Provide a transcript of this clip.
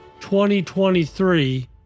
2023